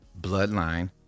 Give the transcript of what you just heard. bloodline